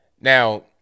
Now